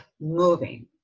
moving